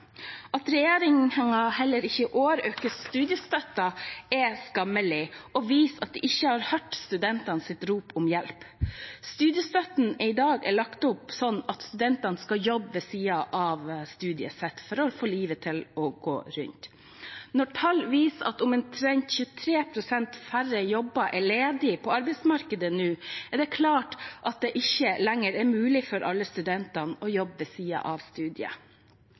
At regjeringen heller ikke i år øker studiestøtten, er skammelig og viser at de ikke har hørt studentenes rop om hjelp. Studiestøtten er i dag lagt opp slik at studentene skal jobbe ved siden av studiene for å få livet til å gå rundt. Når tall viser at omtrent 23 pst. færre jobber er ledige på arbeidsmarkedet nå, er det klart at det ikke lenger er mulig for alle studentene å jobbe ved siden av studiet.